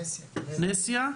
נסיה